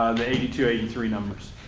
the eighty two eighty three numbers.